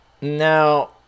now